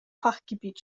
fachgebiet